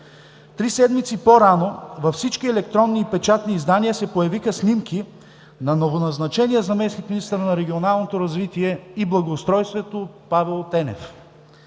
Три седмици по-рано във всички електронни и печатни издания се появиха снимки на новоназначения заместник-министър на регионалното развитие и благоустройството Павел Тенев.